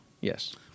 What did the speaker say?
Yes